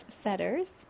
setters